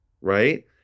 right